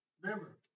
Remember